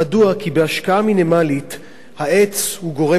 כי בהשקעה מינימלית העץ הוא גורם מפתח